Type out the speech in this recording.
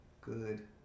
good